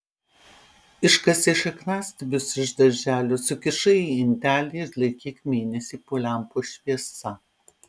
iškasei šakniastiebius iš darželio sukišai į indelį ir laikyk mėnesį po lempos šviesa